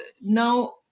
Now